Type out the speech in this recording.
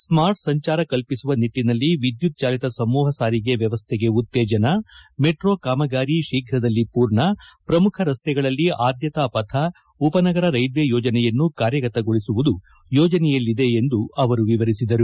smart ಸಂಚಾರ ಕಲ್ಪಿಸುವ ನಿಟ್ಟನಲ್ಲಿ ವಿದ್ಯುತ್ ಜಾಲಿತ ಸಮೂಪ ಸಾರಿಗೆ ವ್ಯವಸ್ಥೆಗೆ ಉತ್ತೇಜನ ಮೆಟ್ರೋ ಕಾಮಗಾರಿ ಶೀಘದಲ್ಲಿ ಪೂರ್ಣ ಪ್ರಮುಖ ರಸ್ತೆಗಳಲ್ಲಿ ಆದ್ಮತಾ ಪಥ ಉಪನಗರ ರೈಲ್ವೆ ಯೋಜನೆಯನ್ನು ಕಾರ್ಯಗತಗೊಳಿಸುವುದು ಯೋಜನೆಯಲ್ಲಿದೆ ಎಂದು ಅವರು ವಿವರಿಸಿದ್ದಾರೆ